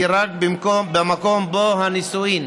היא רק במקום שבו הנישואים